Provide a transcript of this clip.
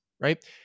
right